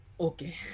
Okay